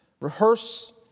rehearse